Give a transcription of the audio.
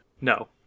No